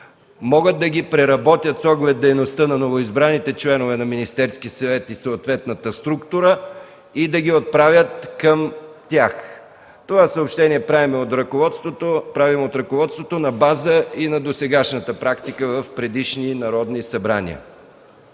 могат да ги преработят с оглед дейността на новоизбраните членове на Министерския съвет и съответната структура и да ги отправят към тях. От ръководството правим това съобщение на база и на досегашната практика в предишни народни събрания.